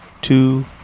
Two